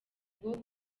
ngo